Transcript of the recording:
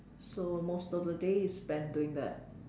so most of the day is spent doing that